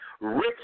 rich